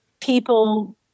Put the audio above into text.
people